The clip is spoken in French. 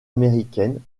américaines